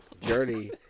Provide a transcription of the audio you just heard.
Journey